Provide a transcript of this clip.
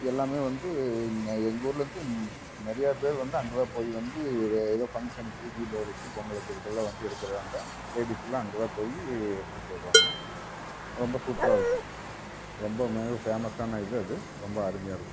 எல்லாமே வந்து இங்கே எங்கள் ஊரிலேருந்து நிறையா பேர் வந்து அங்கே தான் போய் வந்து எதோ ஃபங்க்ஷனுக்கு தீபாவளிக்கு பொங்கலுக்கு இதுக்கெல்லாம் வந்து எடுக்கிறதா இருந்தால் லேடீஸ்ஸெல்லாம் அங்கே தான் போய் எடுத்துகிட்டு வருவாங்க ரொம்ப சூப்பராக இருக்கும் ரொம்பவுமே ஃபேமஸ்ஸான இது அது ரொம்ப அருமையாக இருக்கும்